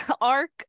arc